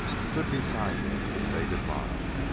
stood beside him to say good-by.